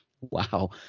Wow